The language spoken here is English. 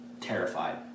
terrified